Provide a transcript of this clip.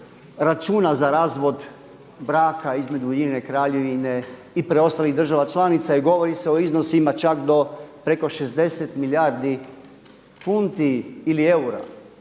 računa za razvod braka između UK-a i preostalih država članica i govori se o iznosima čak do preko 60 milijardi funti ili eura.